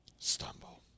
Stumble